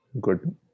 good